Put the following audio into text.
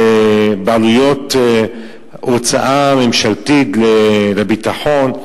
ובעלויות הוצאה ממשלתית לביטחון,